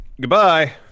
Goodbye